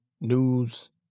News